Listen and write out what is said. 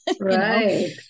Right